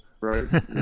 right